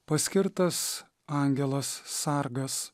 paskirtas angelas sargas